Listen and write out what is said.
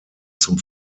zum